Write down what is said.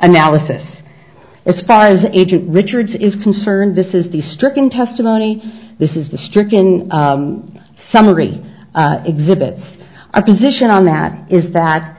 analysis as far as agent richards is concerned this is the stricken testimony this is the stricken summary exhibits our position on that is that